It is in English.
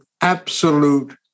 absolute